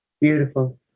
Beautiful